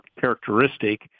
characteristic